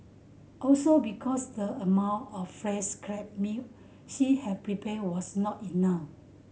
also because the amount of fresh crab meat she had prepared was not enough